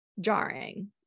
jarring